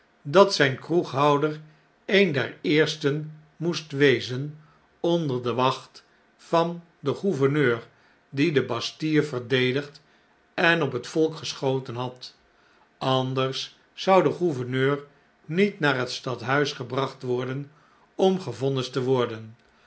dat zijn kroeghouder een der eersten moest wezen oiider de wacht van den gouverneur die de bastille verdedigd en op het volk geschoten had anders zou de gouverneur niet naar het stadhuis gebracht worden om gevonnisd te worden